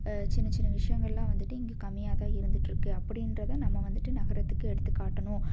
சின்ன சின்ன விஷயங்கள்லாம் வந்துட்டு இங்கே கம்மியாக தான் இருந்துட்டுருக்கு அப்படின்றத நம்ம வந்துட்டு நகரத்துக்கு எடுத்துக் காட்டணும்